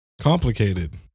complicated